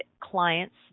clients